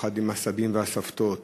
יחד עם הסבים והסבתות,